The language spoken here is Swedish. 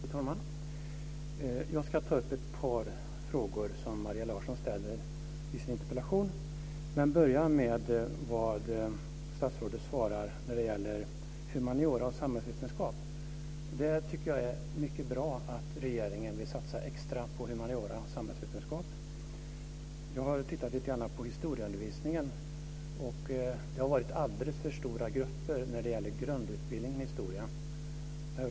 Fru talman! Jag ska ta upp ett par frågor som Maria Larsson ställer i sin interpellation. Jag börjar med det statsrådet säger i sitt svar när det gäller humaniora och samhällsvetenskap. Det är mycket bra att regeringen vill satsa extra på humaniora och samhällsvetenskap. Jag har tittat på historieundervisningen. Det har varit alldeles för stora grupper inom grundutbildningen i historia.